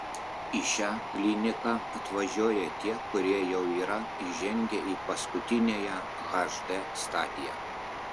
į šią kliniką atvažiuoja tie kurie jau yra įžengę į paskutiniąją hd stadiją